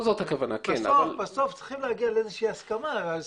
עוד אין כביש כניסה מסודר.